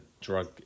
drug